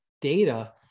data